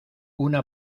una